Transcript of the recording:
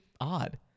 odd